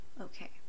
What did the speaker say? okay